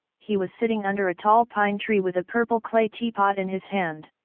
he was sitting under a tall pine tree with a purple clay teapot in his hand.